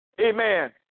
amen